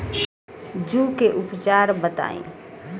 जूं के उपचार बताई?